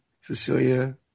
Cecilia